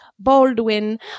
baldwin